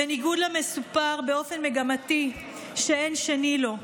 בניגוד למסופר באופן מגמתי שאין שני לו.